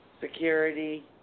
security